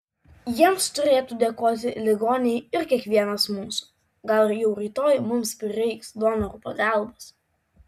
jiems turėtų dėkoti ligoniai ir kiekvienas mūsų gal jau rytoj mums prireiks donorų pagalbos